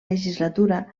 legislatura